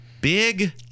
big